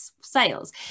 sales